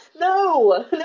no